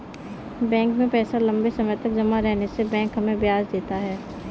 bank में पैसा लम्बे समय तक जमा रहने से बैंक हमें ब्याज देता है